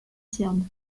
serbe